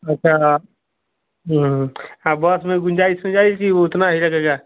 अच्छा हाँ बस में गुंजाइश मिल जायेगी वो उतना ही लगेगा